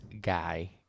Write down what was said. guy